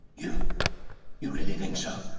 yeah you really think so?